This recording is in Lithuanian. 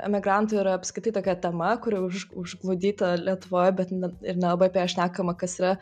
emigrantų yra apskritai tokia tema kuri už užlugdyta lietuvoje bet na ir nelabai apie ją šnekama kas yra